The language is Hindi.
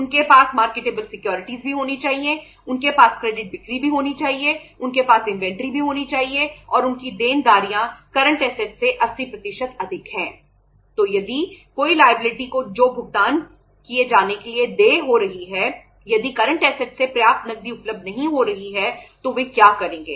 उनके पास मार्केटेबल सिक्योरिटीज से पर्याप्त नकदी उपलब्ध नहीं हो रही है तो वे क्या करेंगे